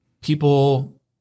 people